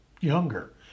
younger